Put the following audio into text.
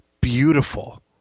beautiful